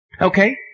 Okay